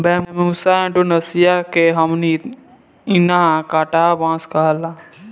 Bambusa एरुण्डीनेसीया के हमनी इन्हा कांटा बांस कहाला